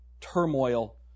turmoil